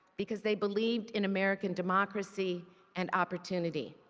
because they believed in american democracy an opportunity.